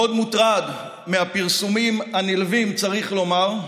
מאוד מוטרד מהפרסומים הנלווים, צריך לומר,